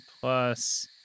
plus